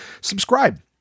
subscribe